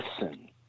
listen